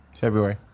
February